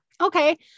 Okay